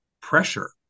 pressure